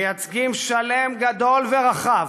מייצגים שלם גדול ורחב,